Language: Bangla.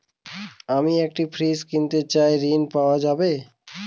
আমি একটি ফ্রিজ কিনতে চাই ঝণ পাওয়া যাবে?